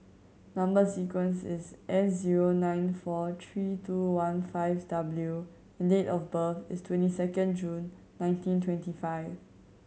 number sequence is S zero nine four three two one five W and date of birth is twenty two June nineteen twenty five